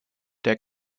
der